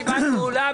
הישיבה נעולה.